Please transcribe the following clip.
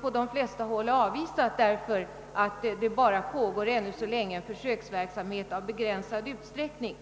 På de flesta håll har väl förslagen avvisats därför att det ännu så länge bara pågår en försöksverksamhet i begränsad utsträckning.